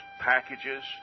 packages